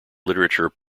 literature